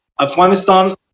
Afghanistan